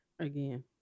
again